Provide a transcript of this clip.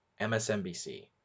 msnbc